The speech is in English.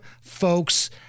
folks